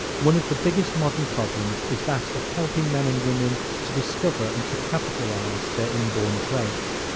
one of the biggest modern problems is that of helping men and women to discover and to capitalize their inborn traits.